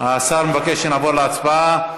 השר מבקש שנעבור להצבעה.